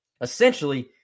essentially